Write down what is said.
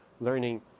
learning